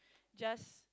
just